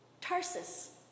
Tarsus